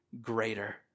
greater